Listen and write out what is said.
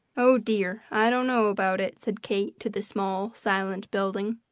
oh, dear, i don't know about it, said kate to the small, silent building.